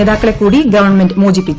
നേതാക്കളെ കൂടി ഗവൺമെന്റ് മോചിപ്പിച്ചു